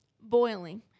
boiling